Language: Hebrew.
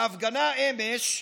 בהפגנה אמש,